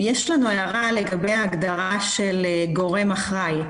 הערה לגבי ההגדרה "גורם אחראי".